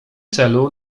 celu